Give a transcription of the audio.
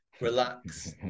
relax